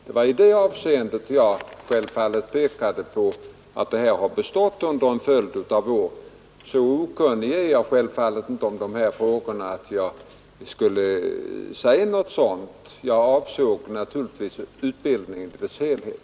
Det var alltså i detta avseende jag pekade på att utbildningen har bestått under en följd av år. Så okunnig är jag självfallet inte om dessa frågor att jag eljest skulle säga något sådant — jag avsåg naturligtvis utbildningen i dess helhet.